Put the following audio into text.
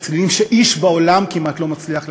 צלילים שאיש בעולם כמעט לא מצליח להפיק,